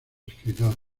escritores